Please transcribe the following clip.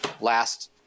last